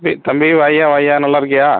டே தம்பி வாயா வாயா நல்லா இருக்கியா